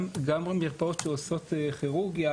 גם המרפאות שעושות כירורגיה